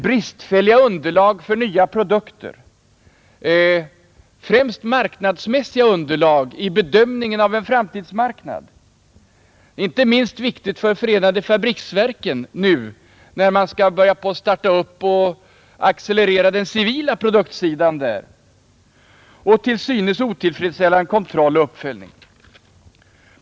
Bristfälliga underlag för nya produkter, främst marknadsmässiga underlag i bedömningen av en framtidsmarknad — inte minst viktigt för Förenade fabriksverken, nu när man skall starta och accelerera den civila produktsidan där — och till synes otillfredsställande kontroll och uppföljning.